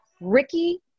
Ricky